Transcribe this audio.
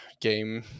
game